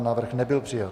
Návrh nebyl přijat.